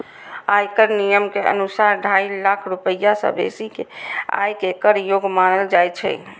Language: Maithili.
आयकर नियम के अनुसार, ढाई लाख रुपैया सं बेसी के आय कें कर योग्य मानल जाइ छै